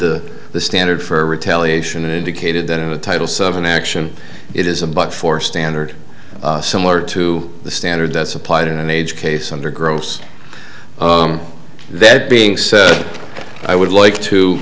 the the standard for retaliation indicated that in a title seven action it is a but for standard similar to the standard that's applied in an age case under gross that being said i would like to